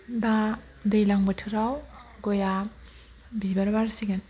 दा दैज्लां बोथोराव गया बिबार बारसिगोन